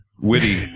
witty